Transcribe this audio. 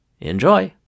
Enjoy